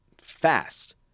fast